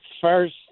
first